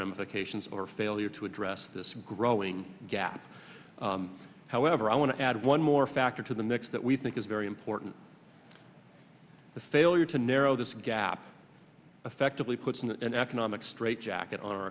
ramifications or failure to address this growing gap however i want to add one more factor to the mix that we think is very important the failure to narrow this gap effectively puts an economic straitjacket o